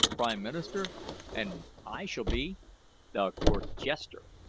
prime minister and i shall be the court-jester,